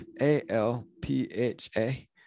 A-L-P-H-A